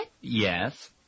Yes